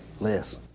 less